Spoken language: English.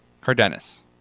Cardenas